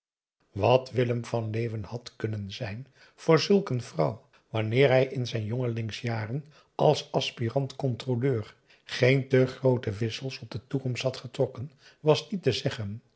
wat willem van leeuwen had kunnen zijn voor zulk een vrouw wanneer hij in zijn jongelingsjaren als aspirant controleur geen te groote wissels op de toekomst had getrokken was niet te zeggen